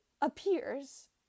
appears